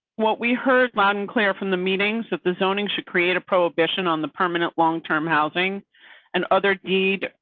what we heard, monclair from the meetings, if the zoning should create a prohibition on the permanent long term housing and other deed,